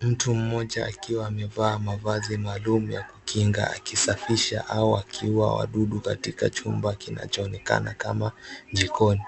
Mtu mmoja akiwa amevaa mavazi maalum ya kukinga akisafisha au wakiua wadudu katika chumba kinachoonekana kama jikoni.